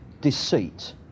deceit